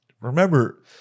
Remember